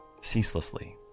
ceaselessly